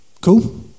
Cool